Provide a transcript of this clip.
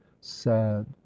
sad